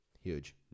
huge